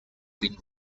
been